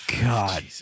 God